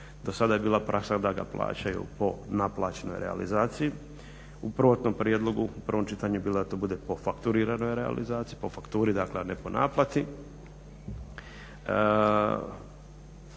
Dosada je bila praksa da ga plaćaju po naplaćenoj realizaciji, u prvotnom prijedlogu u prvom čitanju je to bilo da to bude po fakturiranoj realizaciji, po fakturi dakle a ne po naplati.